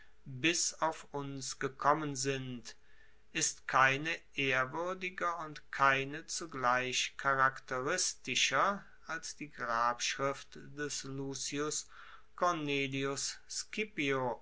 bis auf uns gekommen sind ist keine ehrwuerdiger und keine zugleich charakteristischer als die grabschrift des lucius cornelius